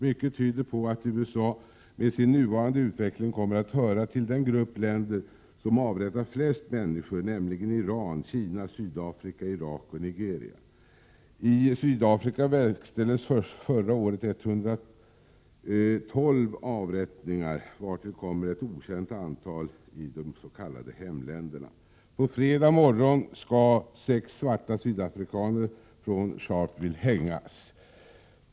Mycket tyder på att USA med sin nuvarande utveckling kommer att höra till den grupp länder som avrättar flest människor, nämligen Iran, Kina, Sydafrika, Irak och Nigeria. I Sydafrika verkställdes förra året 112 avrättningar, vartill kommer ett okänt antal i de s.k. hemländerna. På fredag morgon skall sex svarta sydafrikaner från från Sharpeville hängas.